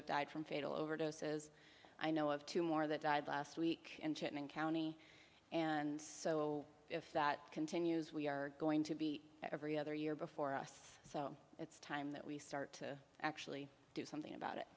have died from fatal overdoses i know of two more that died last week in chapman county and so if that continues we are going to beat every other year before us so it's time that we start to actually do something about it